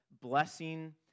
blessing